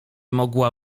mogła